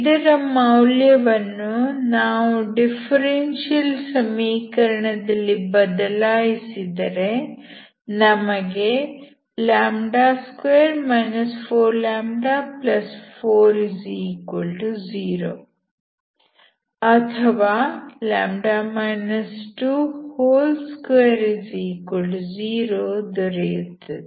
ಇದರ ಮೌಲ್ಯವನ್ನು ನಾವು ಡಿಫರೆನ್ಸಿಯಲ್ ಸಮೀಕರಣದಲ್ಲಿ ಬದಲಾಯಿಸಿದರೆ ನಮಗೆ 2 4λ40 ಅಥವಾ λ 220 ದೊರೆಯುತ್ತದೆ